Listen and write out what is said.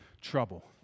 trouble